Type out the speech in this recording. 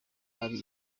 ari